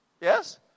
Yes